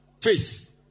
Faith